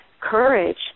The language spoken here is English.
courage